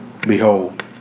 Behold